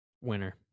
Winner